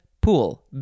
pool